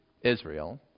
israel